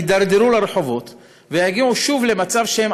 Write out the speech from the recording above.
יידרדרו לרחובות ויגיעו שוב למצב שבו